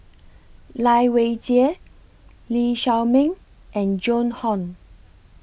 Lai Weijie Lee Shao Meng and Joan Hon